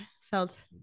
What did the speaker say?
felt